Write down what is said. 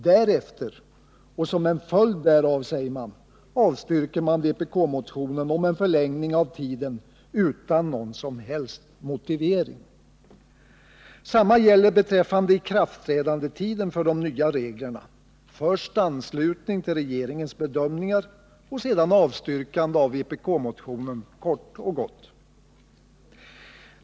Därefter — och som en följd därav, säger man — Tisdagen den avstyrks utan någon som helst motivering vpk-motionen om en förlängning 19 december 1978 av tiden. Detsamma gäller beträffande ikraftträdandetidpunkten för de nya reglerna —- först anslutning till regeringens bedömningar och sedan avstyrkande av vpk-motionen kort och gott.